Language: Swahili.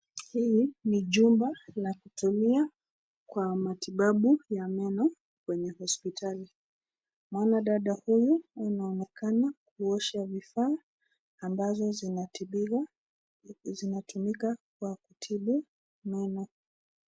Hii ni jumba la kutumia kwa matibabu ya meno kwenye hosipitali .Mwanadada huyu anaonekana kuosha vifaa ambazo zinatumika kwa kutibu meno.